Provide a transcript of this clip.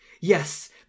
Yes